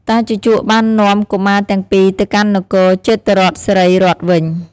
តាជូជកបាននាំកុមារទាំងពីរទៅកាន់នគរជេតុត្តរសិរីរដ្ឋ វិញ។